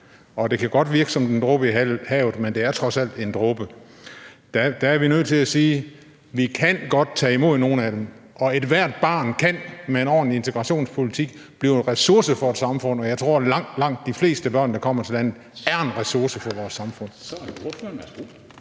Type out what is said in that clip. og det kan godt virke som en dråbe i havet, men det er trods alt en dråbe. Der er vi nødt til at sige: Vi kan godt tage imod nogle af dem, og ethvert barn kan med en ordentlig integrationspolitik blive en ressource for et samfund. Og jeg tror, at langt, langt de fleste børn, der kommer til landet, er en ressource for vores samfund.